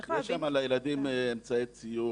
צריך להבין --- יש שם לילדים אמצעי ציור,